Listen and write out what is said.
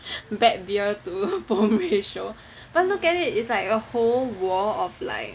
bad beer to foam ratio but look at it is like a whole wall of like